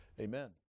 Amen